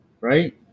Right